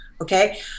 Okay